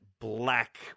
Black